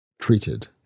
treated